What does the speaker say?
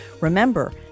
Remember